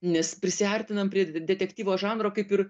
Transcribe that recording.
nes prisiartinam prie detektyvo žanro kaip ir